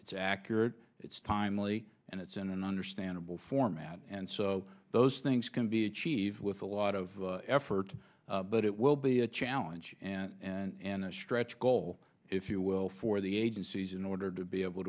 it's accurate it's timely and it's in an understandable format and so those things can be achieved with a lot of effort but it will be a challenge and a stretch goal if you will for the agencies in order to be able